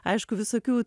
aišku visokių